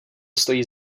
stojí